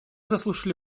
заслушали